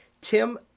Tim